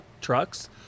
trucks